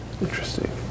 Interesting